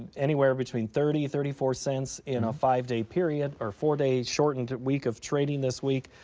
anywhere between thirty, thirty four cents in a five day period, or four day shortened week of trading this week.